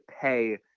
pay